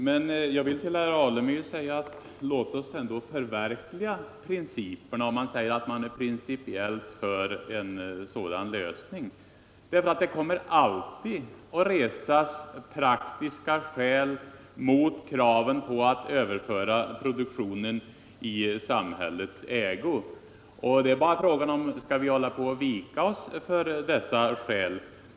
Herr talman! Jag vill bara säga till herr Alemyr: Låt oss förverkliga Onsdagen den principerna! Är man principiellt för en sådan lösning bör den förverkligas. 5 mars 1975 Det kommer alltid att resas ”praktiska” skäl mot kraven att överföra produktionen i samhällets ägo. Det är bara fråga om vi skall ge vika = Anslag till skolväför dessa skäl.